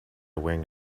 wearing